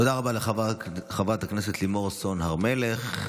תודה רבה לחברת הכנסת לימור סון הר מלך.